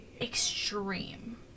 extreme